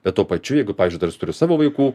bet tuo pačiu jeigu pavyzdžiui dar jis turi savo vaikų